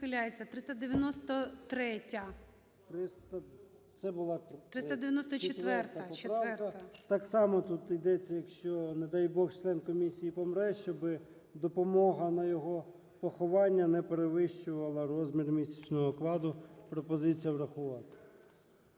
Так само тут ідеться, якщо, не дай Бог, член комісії помре, щоби допомога на його поховання не перевищувала розмір місячного окладу. Пропозиція врахувати.